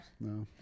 No